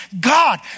God